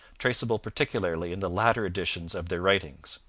traceable particularly in the later editions of their writings.